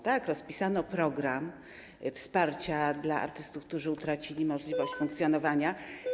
Tak, rozpisano program wsparcia dla artystów, którzy utracili możliwość funkcjonowania.